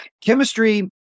Chemistry